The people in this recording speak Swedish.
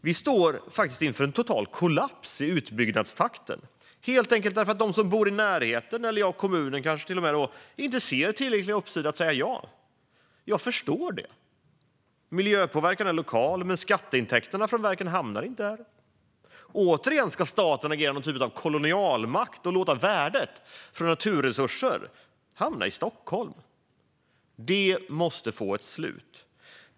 Vi står faktiskt inför en total kollaps i utbyggnadstakten, helt enkelt därför att de som bor i närheten eller kanske till och med kommunen inte ser tillräcklig uppsida för att säga ja. Jag förstår det. Miljöpåverkan är lokal, men skatteintäkterna från vindkraftverken hamnar ju där. Återigen ska staten agera någon typ av kolonialmakt och låta värdet från naturresurser hamna i Stockholm. Detta måste få ett slut.